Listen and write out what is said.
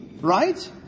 Right